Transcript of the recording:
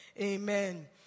Amen